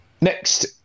Next